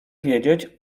wiedzieć